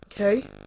Okay